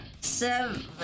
Seven